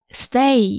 stay